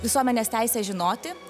visuomenės teisė žinoti